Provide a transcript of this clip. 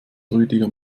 rüdiger